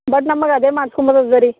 but ನಮಗೆ ಅದೆ ಮಾಡ್ಸ್ಕೊಳ್ಬೋದಾ ರೀ